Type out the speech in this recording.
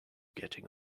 getting